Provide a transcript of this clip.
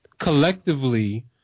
collectively